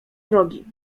drogi